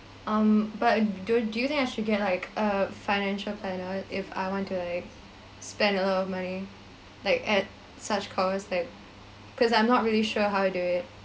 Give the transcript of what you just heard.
um but don~ do you think I should get like a financial planner if I want to like spend a lot of money like at such cost like because I'm not really sure how to do it